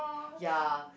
ya